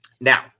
now